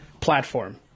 platform